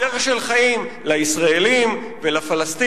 דרך של חיים לישראלים ולפלסטינים.